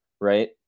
right